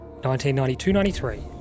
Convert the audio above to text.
1992-93